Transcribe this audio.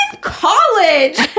college